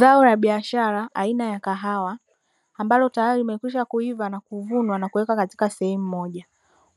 Zao la biashara aina ya kahawa, ambalo tayari limekwisha kuiva, na kuvunwa na kuwekwa katika sehemu moja.